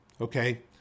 okay